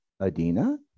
Adina